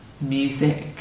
music